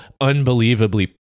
unbelievably